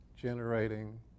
generating